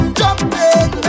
jumping